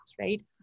right